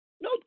No